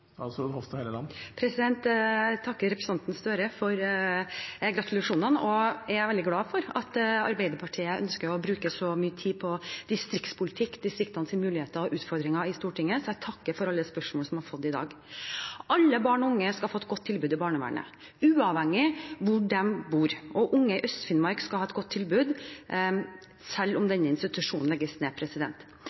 Jeg takker representanten Gahr Støre for gratulasjonene, og jeg er veldig glad for at Arbeiderpartiet ønsker å bruke så mye tid på distriktspolitikk og på distriktenes muligheter og utfordringer i Stortinget. Jeg takker for alle spørsmål jeg har fått i dag. Alle barn og unge skal få et godt tilbud i barnevernet, uavhengig av hvor de bor. Unge i Øst-Finnmark skal ha et godt tilbud selv om denne institusjonen legges ned.